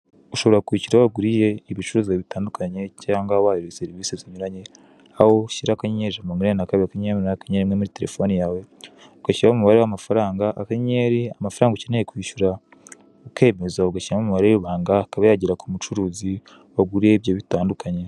Ahi ni ahantu hatangirwa ubufasha bw'ikigo k'ikoranabuhanga gikorera mu rwanda kitea eyateri, tukaba turi kuhabona akabati k'umutuku karimo amaterefone bacuruza ku giciro gito cyane, ibi bikaba ari ibintu byorohereza abantu kugura telefone ku giciro gito bityo nabo bakagendana n'ierembere.